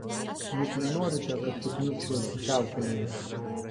juk nenorite kad sukniubčiau pusiaukelėje